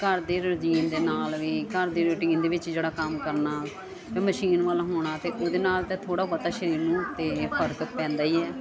ਘਰ ਦੇ ਰਜੀਨ ਦੇ ਨਾਲ ਵੀ ਘਰ ਦੀ ਰੁਟੀਨ ਦੇ ਵਿੱਚ ਜਿਹੜਾ ਕੰਮ ਕਰਨਾ ਮਸ਼ੀਨ ਵਾਲਾ ਹੋਣਾ ਤੇ ਉਹਦੇ ਨਾਲ ਥੋੜ੍ਹਾ ਬਹੁਤਾ ਸਰੀਰ ਨੂੰ ਦੇ ਫ਼ਰਕ ਪੈਂਦਾ ਹੀ ਹੈ